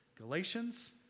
Galatians